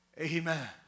Amen